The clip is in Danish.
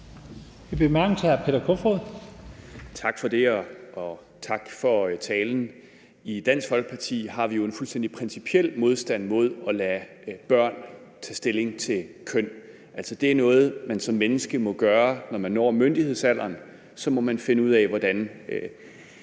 Tak for det, og tak for talen. I Dansk Folkeparti har vi jo fuldstændig principiel modstand mod at lade børn tage stilling til køn. Det er noget, man som menneske må gøre, når man når myndighedsalderen. Så må man finde ud af hvordan,